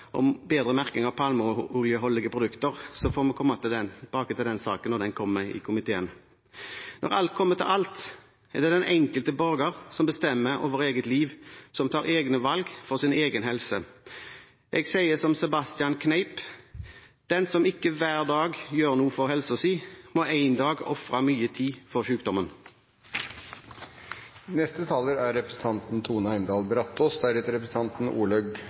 om bedre merking av palmeoljeholdige produkter. Så får vi komme tilbake til den saken når den kommer i komiteen. Når alt kommer til alt, er det den enkelte borger som bestemmer over eget liv, som tar egne valg for sin egen helse. Jeg sier som Sebastian Kneipp: «Den som ikke hver dag gjør noe for helsen sin, må en dag ofre mye tid for sykdommen.» Folkehelse er